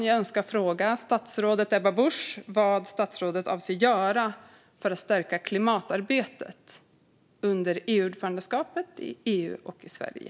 Jag önskar fråga statsrådet Ebba Busch vad statsrådet avser att göra för att stärka klimatarbetet under EU-ordförandeskapet i EU och i Sverige.